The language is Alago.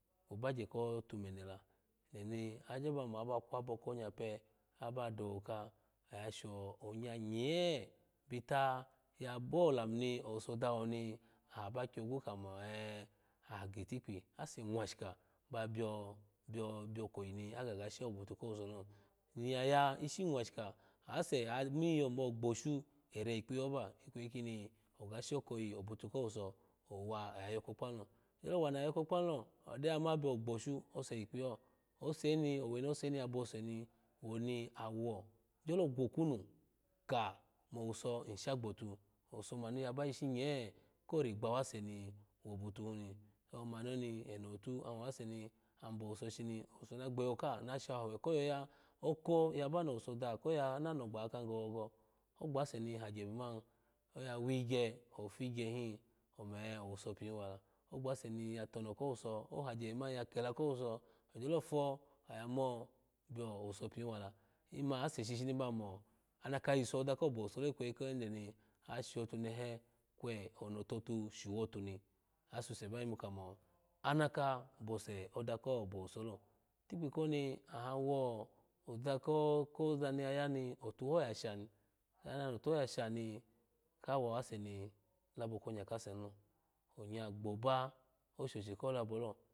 Obagye kothe mene eneni agyo ba mo abakwabo konyapu ab doka osonyanye bit yabo lami ni osuso da woni uba gyo kamo enb agtikpi ase mwashika ba biyoo biyoo koyi ni aga ga she oboto kowu ssonilo niya ishi mwashika amiyo biyo gbashu ere yikyiyehoba ikweyi kono oga shokoyi obutokowuso owu oya yoko kpanu lo owoni aya yoko epanu odeya imu biyo gboshen ose yikpiyeho ose n owe ni osemi yabose ni woni awogyo gwokwunu k owuso ishgboto owoboto himi mama oni eno otu awse abowubo shini ona gbehoka ona shaha owe koyo ya oko yaba nowuse daha kayoya anano ya oko yba nowuso daha kayoya ananoo ghakahi gogogo ogbase ni hadye ebemu ni oya liligye omo ene owuso piwwe ogbase ni ya tono kowuso odagye ebemani ya kela kowuso ogyolo fo amo biyo owaso piwala ima age shishi ni ba mo anaka iso oda kobowaso kwayi ko yede ni ashotuneha kwe onototon showotu ni asese ba yimu kamo nka bose oda kobowuso lo hikpi koni awo oba kokozo mi yayu afuho se mi ya labo konya kase nilo ony gboba oshoshhi ko labolo